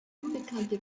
unbekannte